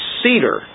cedar